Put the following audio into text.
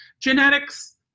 Genetics